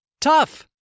Tough